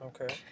Okay